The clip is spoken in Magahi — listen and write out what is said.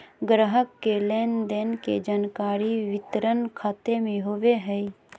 ग्राहक के लेन देन के जानकारी वितरण खाता में होबो हइ